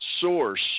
source